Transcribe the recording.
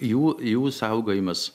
jų jų saugojimas